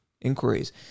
Inquiries